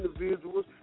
individuals